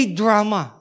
drama